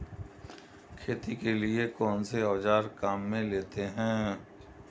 खेती के लिए कौनसे औज़ार काम में लेते हैं?